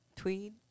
Tweed